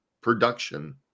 production